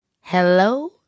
hello